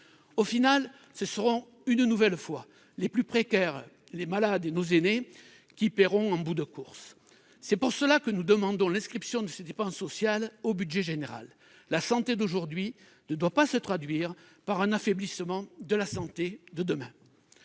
de course, ce seront une nouvelle fois les plus précaires, les malades, et nos aînés qui paieront. C'est la raison pour laquelle nous demandons l'inscription de ces dépenses sociales au budget général : la santé d'aujourd'hui ne doit pas se traduire par un affaiblissement de la santé de demain.